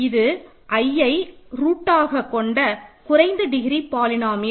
இது iஐ ரூட்ஆக கொண்ட குறைந்த டிகிரி பாலினோமியல்